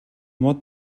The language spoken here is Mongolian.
мод